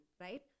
Right